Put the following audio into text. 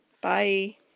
Bye